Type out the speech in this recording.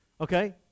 okay